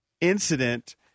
incident